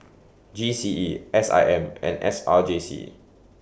G C E S I M and S R J C